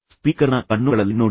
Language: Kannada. ಸ್ಪೀಕರ್ನ ಕಣ್ಣುಗಳಲ್ಲಿ ನೋಡಿ